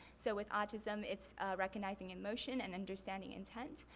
so with autism it's recognizing emotion and understanding intent,